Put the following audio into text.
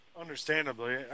understandably